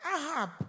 Ahab